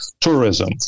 tourism